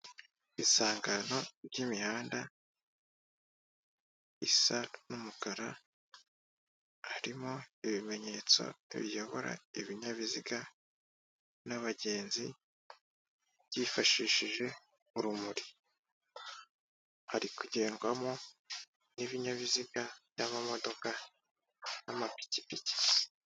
Isangano ry'imihanda isa n'umukara harimo ibimenyetso biyobora ibinyabiziga n'abagenzi byifashishije urumuri hari kugendwamo n'ibinyabiziga by'amamodoka n'amapikipiki .